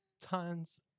Tons